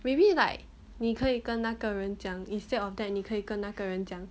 maybe like 你可以跟那个人讲 instead of that 你可以跟那人讲